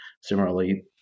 similarly